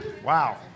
Wow